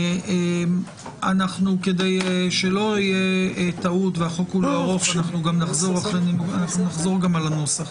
כדי שלא תהיה טעות אנחנו נחזור על הנוסח